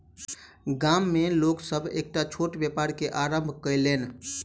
गाम में लोक सभ एकटा छोट व्यापार के आरम्भ कयलैन